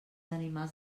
animals